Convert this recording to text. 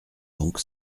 donc